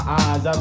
eyes